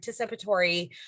participatory